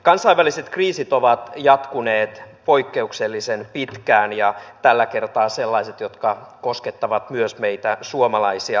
kansainväliset kriisit ovat jatkuneet poikkeuksellisen pitkään tällä kertaa sellaiset jotka koskettavat myös meitä suomalaisia